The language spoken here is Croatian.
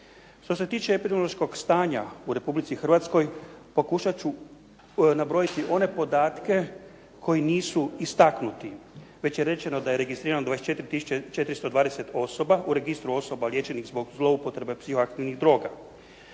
Što se tiče epidemiološkog stanja u Republici Hrvatskoj, pokušat ću nabrojiti one podatke koji nisu istaknuti. Već je rečeno da je registrirano 24 tisuće 420 osoba, u registru osoba liječenih zbog zloupotrebe psihoaktivnih droga.